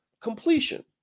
completion